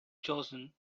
chosen